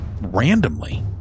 randomly